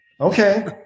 Okay